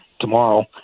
tomorrow